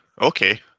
Okay